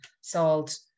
salt